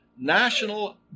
national